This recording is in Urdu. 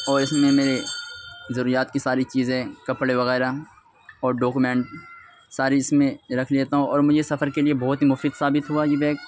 اور اس میں میرے ضروریات کی ساری چیزیں کپڑے وغیرہ اور ڈاکیومنٹ ساری اس میں رکھ لیتا ہوں اور مجھے سفر کے لیے بہت مفید ثابت ہوا یہ بیگ